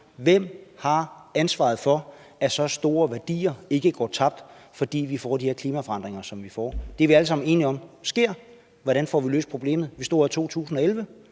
der har ansvaret for, at så store værdier ikke går tabt, fordi vi får de her klimaforandringer, som vi får. Det er vi alle sammen enige om sker. Hvordan får vi løst problemet? Vi stod her i 2011,